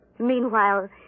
Meanwhile